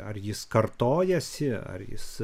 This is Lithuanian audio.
ar jis kartojasi ar jis